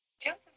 Joseph